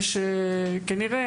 יש כנראה,